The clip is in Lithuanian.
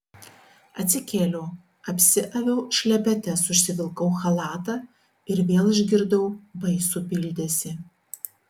atsikėliau apsiaviau šlepetes užsivilkau chalatą ir vėl išgirdau baisų bildesį